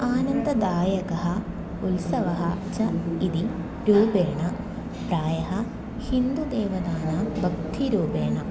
आनन्ददायकः उत्सवः च इति रूपेण प्रायः हिन्दुदेवतानां भक्तिरूपेण